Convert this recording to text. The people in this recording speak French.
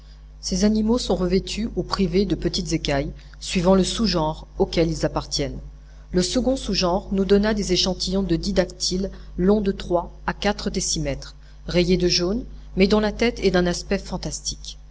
ces animaux sont revêtus ou privés de petites écailles suivant le sous genre auquel ils appartiennent le second sous genre nous donna des échantillons de dydactyles longs de trois à quatre décimètres rayés de jaune mais dont la tête est d'un aspect fantastique